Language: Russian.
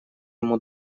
ему